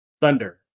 Thunder